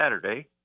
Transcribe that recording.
Saturday